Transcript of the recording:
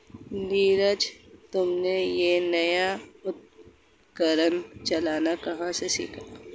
नीरज तुमने यह नया उपकरण चलाना कहां से सीखा?